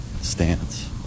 stance